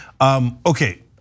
Okay